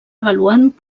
avaluant